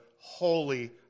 holy